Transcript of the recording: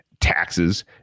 taxes